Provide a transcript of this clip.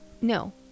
No